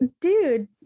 dude